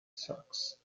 socks